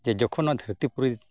ᱡᱮ ᱡᱚᱠᱷᱚᱱ ᱱᱚᱣᱟ ᱫᱷᱟᱹᱨᱛᱤᱯᱩᱨᱤ